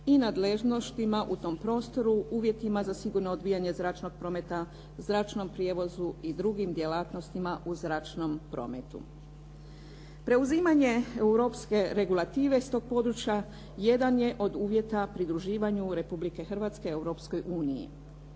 i nadležnostima u tom prostoru, uvjetima za sigurno odvijanje zračnog prometa zračnom prijevozu i drugim djelatnostima u zračnom prometu. Preuzimanje europske regulative s tog područja jedan je od uvjeta pridruživanju Republike Hrvatske Europskoj uniji.